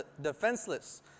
defenseless